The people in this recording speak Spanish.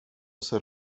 ser